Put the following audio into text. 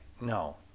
No